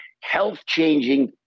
health-changing